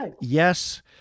Yes